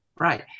right